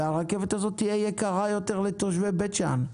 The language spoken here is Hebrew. והרכבת הזאת תהיה יקרה יותר לתושבי בית שאן.